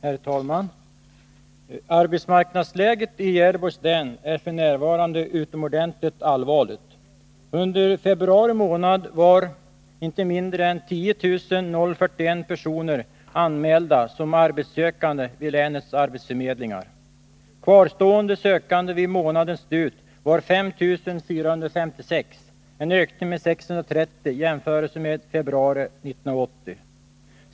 Herr talman! Arbetsmarknadsläget i Gävleborgs län är f. n. utomordentligt allvarligt. Under februari månad var inte mindre än 10 041 personer anmälda som arbetssökande vid länets arbetsförmedlingar. Kvarstående sökande vid månadens slut var 5 456, en ökning med 630 vid jämförelse med februari 1980.